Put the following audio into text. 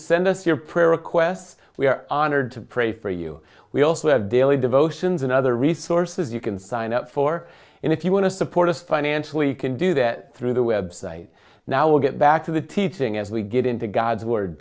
send us your prayer requests we are honored to pray for you we also have daily devotions and other resources you can sign up for and if you want to support us financially and can do that through the website now will get back to the teaching as we get into god's word